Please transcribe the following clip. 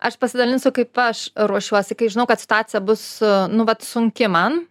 aš pasidalinsiu kaip aš ruošiuosi kai žinau kad situacija bus nu vat sunki man